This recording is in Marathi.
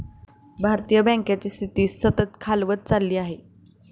भारतीय बँकांची स्थिती सतत खालावत चालली आहे